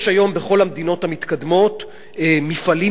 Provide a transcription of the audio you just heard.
יש היום בכל המדינות המתקדמות מפעלים